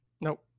Nope